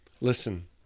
listen